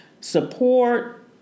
support